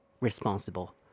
responsible